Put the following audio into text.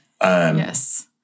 yes